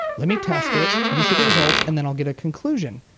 let me test it. let me see the results and then i'll get a conclusion.